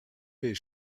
beige